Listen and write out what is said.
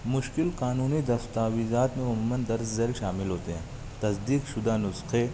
مشکل قانونی دستاویزات میں عموماً درج ذیل شامل ہوتے ہیں تصدیق شدہ نسخے